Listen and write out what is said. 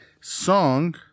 song